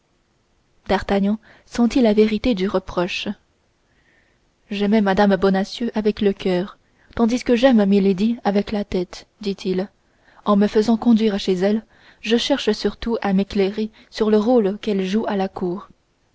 d'artagnan sentit la vérité de ce reproche j'aimais mme bonacieux avec le coeur tandis que j'aime milady avec la tête dit-il en me faisant conduire chez elle je cherche surtout à m'éclairer sur le rôle qu'elle joue à la cour